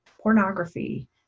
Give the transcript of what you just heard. pornography